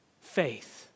faith